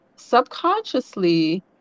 subconsciously